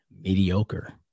mediocre